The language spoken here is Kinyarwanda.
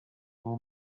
uwo